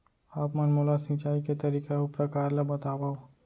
आप मन मोला सिंचाई के तरीका अऊ प्रकार ल बतावव?